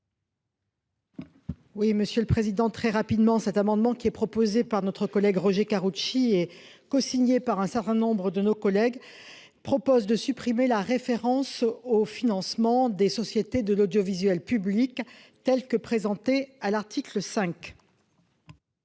Oui, monsieur le Président très rapidement cet amendement qui est proposé par notre collègue Roger Karoutchi est co-signé par un certain nombre de nos collègues propose de supprimer la référence au financement des sociétés de l'audiovisuel public, telle que présentée à l'article 5.